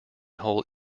hold